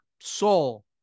soul